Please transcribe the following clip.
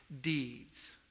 deeds